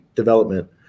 development